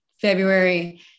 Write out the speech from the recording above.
February